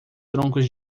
troncos